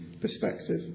perspective